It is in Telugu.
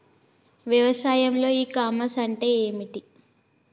వ్యవసాయంలో ఇ కామర్స్ అంటే ఏమిటి?